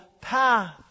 path